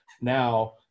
now